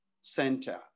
center